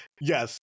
yes